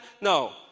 no